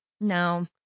No